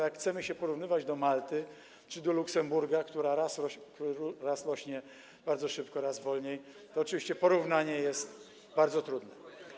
Jak chcemy się porównywać do gospodarki Malty czy Luksemburga, która raz rośnie bardzo szybko, raz wolniej, to oczywiście porównanie jest bardzo trudne.